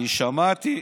אני שמעתי,